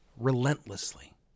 relentlessly